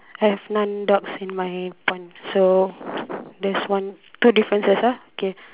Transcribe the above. have none ducks in my pond so there's one two differences ah okay